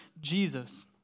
Jesus